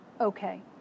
okay